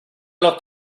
los